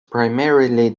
primarily